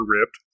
ripped